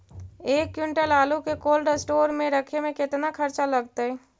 एक क्विंटल आलू के कोल्ड अस्टोर मे रखे मे केतना खरचा लगतइ?